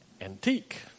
antique